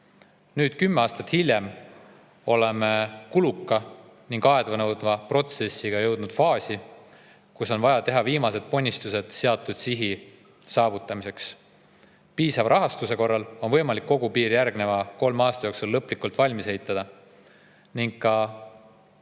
Nüüd, kümme aastat hiljem, oleme kuluka ja aeganõudva protsessiga jõudnud faasi, kus on vaja teha viimased ponnistused seatud sihi saavutamiseks. Piisava rahastuse korral on võimalik kogu piir järgneva kolme aasta jooksul lõplikult valmis ehitada. Ka